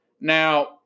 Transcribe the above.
Now